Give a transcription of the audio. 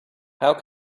how